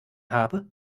habe